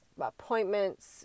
appointments